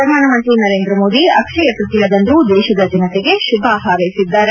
ಪ್ರಧಾನಮಂತ್ರಿ ನರೇಂದ್ರ ಮೋದಿ ಅಕ್ಷಯ ತೃತೀಯದಂದು ದೇಶದ ಜನತೆಗೆ ಶುಭ ಹಾರೈಸಿದ್ದಾರೆ